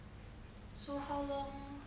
so how long